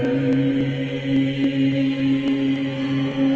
the